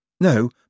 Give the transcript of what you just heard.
No